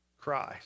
Christ